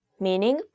meaning